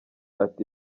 ati